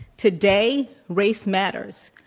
today, race matters.